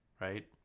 Right